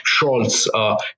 Scholz